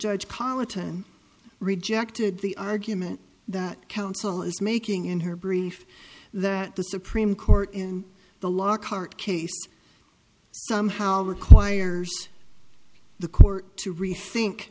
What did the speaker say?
judge politan rejected the argument that counsel is making in her brief that the supreme court in the lockhart case somehow requires the court to rethink